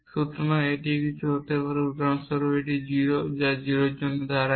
সুতরাং এটা কিছু হতে পারে উদাহরণস্বরূপ 0 যা 0 এর জন্য দাঁড়ায়